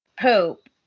Hope